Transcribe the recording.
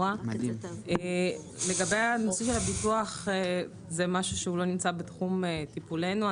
הנושא של הביטוח לא נמצא בתחום טיפולנו.